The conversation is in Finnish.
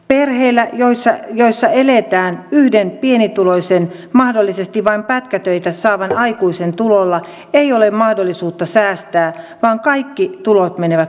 perheillä joissa eletään yhden pienituloisen mahdollisesti vain pätkätöitä saavan aikuisen tuloilla ei ole mahdollisuutta säästää vaan kaikki tulot menevät kulutukseen